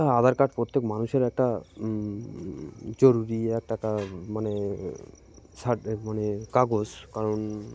হ্যাঁ আধার কার্ড প্রত্যেক মানুষের একটা জরুরি একটা মানে মানে কাগজ কারণ